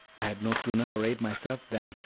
i had no sooner arrayed myself than,